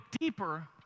deeper